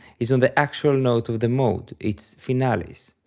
is on the actual note of the mode, its finalis.